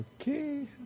Okay